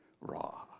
raw